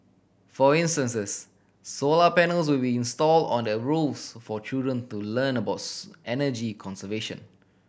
for instances solar panels will be installed on the roofs for children to learn about energy conservation